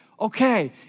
okay